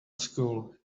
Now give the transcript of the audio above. school